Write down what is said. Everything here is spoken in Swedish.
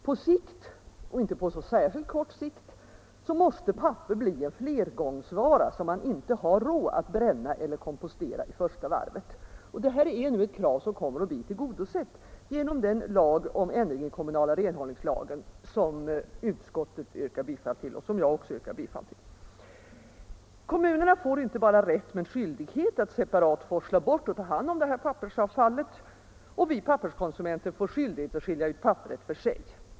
På sikt — och inte så särskilt kort sikt — måste papper bli en flergångsvara som man inte har råd att bränna eller kompostera i första varvet. Det här är nu ett krav som kommer att bli tillgodosett genom den lag om ändring i kommunala renhållningslagen som utskottet tillstyrker och som jag yrkar bifall till. Kommunerna får inte bara rätt men skyldighet att separat forsla bort och ta hand om pappersavfallet, och vi papperskonsumenter får skyldighet att skilja ut papperet.